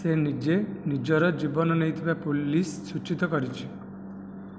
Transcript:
ସେ ନିଜେ ନିଜର ଜୀବନ ନେଇଥିବା ପୋଲିସ ସୂଚିତ କରିଛି